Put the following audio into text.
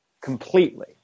completely